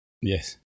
Yes